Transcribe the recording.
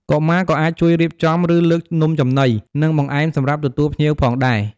កុមារក៏អាចជួយរៀបចំ ឬលើកនំចំណី និងបង្អែមសម្រាប់ទទួលភ្ញៀវផងដែរ។